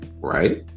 right